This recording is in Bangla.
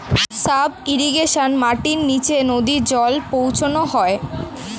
সাব ইরিগেশন মাটির নিচে নদী জল পৌঁছানো হয়